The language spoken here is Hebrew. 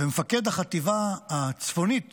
ומפקד החטיבה הצפונית